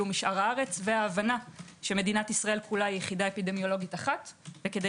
משאר הארץ וההבנה שמדינת ישראל כולה היא יחידה אפידמיולוגית אחת וכדי